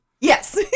Yes